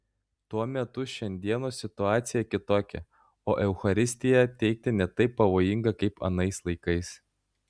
tuo metu šiandienos situacija kitokia o eucharistiją teikti ne taip pavojinga kaip anais laikais